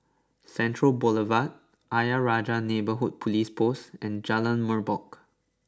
Central Boulevard Ayer Rajah Neighbourhood Police Post and Jalan Merbok